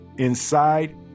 Inside